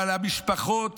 אבל המשפחות